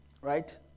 Right